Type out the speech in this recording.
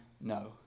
no